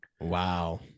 Wow